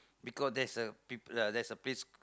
because there's a peo~ uh there's a place